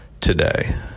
today